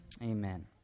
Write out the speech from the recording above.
Amen